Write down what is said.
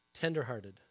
Tenderhearted